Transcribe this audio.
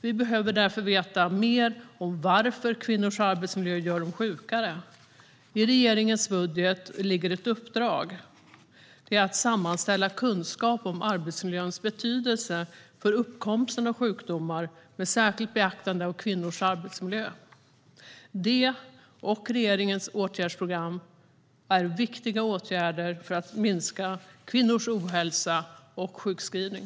Vi behöver därför veta mer om varför kvinnors arbetsmiljö gör dem sjukare. I regeringens budget ligger ett uppdrag att sammanställa kunskap om arbetsmiljöns betydelse för uppkomsten av sjukdomar med särskilt beaktande av kvinnors arbetsmiljöer. Detta och regeringens åtgärdsprogram är viktiga åtgärder för att minska kvinnors ohälsa och sjukskrivning.